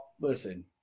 listen